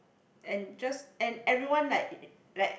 and just and everyone like like